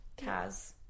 Kaz